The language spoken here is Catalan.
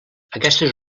aquestes